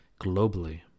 globally